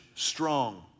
strong